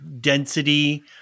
density